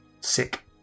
sick